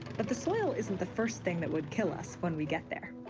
but the soil isn't the first thing that would kill us when we get there.